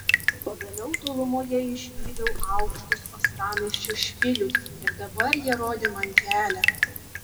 pagaliau tolumoje išvydau aukštus uostamiesčio špilius ir dabar jie rodė man kelią